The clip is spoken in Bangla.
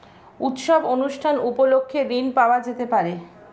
উৎসব অনুষ্ঠান উপলক্ষে ঋণ পাওয়া যেতে পারে?